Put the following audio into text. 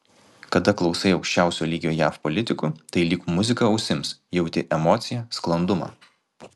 kada klausai aukščiausio lygio jav politikų tai lyg muzika ausims jauti emociją sklandumą